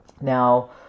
Now